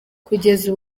kugeza